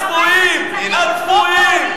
הצבועים,